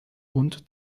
und